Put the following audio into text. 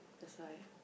that's why